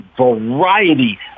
variety